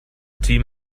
team